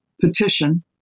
petition